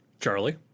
Charlie